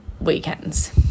weekends